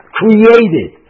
created